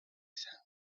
sound